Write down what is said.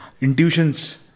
Intuitions